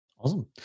awesome